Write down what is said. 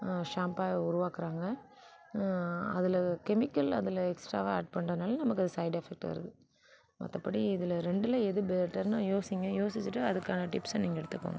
ஷாம்பாக உருவாக்குறாங்க அதில் கெமிக்கல் அதில் எக்ஸ்ட்ராவாக ஆட் பண்றதினால நமக்கு அது ஸைட்எஃபக்ட் வருது மற்றபடி இதில் ரெண்டில் எது பெட்டர்ன்னு யோசியுங்க யோசிச்சிட்டு அதுக்கான டிப்ஸை நீங்கள் எடுத்துக்கோங்க